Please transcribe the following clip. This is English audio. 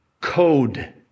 code